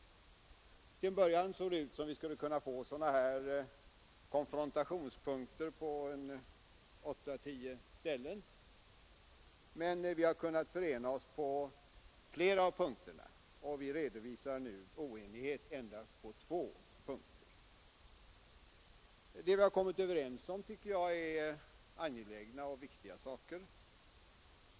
Till en början såg det ut som om det skulle kunna bli konfrontationer på en 8—-10 punkter, men vi har kunnat förena oss på flera av dem och redovisar nu oenighet endast på två punkter. Det vi har kommit överens om tycker jag är angelägna och viktiga saker.